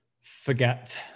forget